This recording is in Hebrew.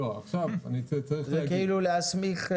זה כאילו להסמיך,